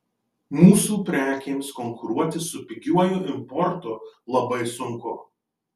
mūsų prekėms konkuruoti su pigiuoju importu labai sunku